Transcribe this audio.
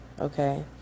okay